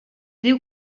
diu